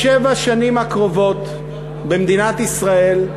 בשבע השנים הקרובות במדינת ישראל,